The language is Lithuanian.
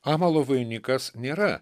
amalo vainikas nėra